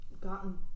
gotten